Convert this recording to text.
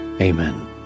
Amen